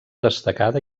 destacada